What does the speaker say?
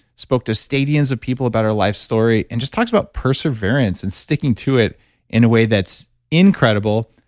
spoke to stadiums of people about her life story, and just talks about perseverance and sticking to it in a way that's incredible.